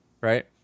right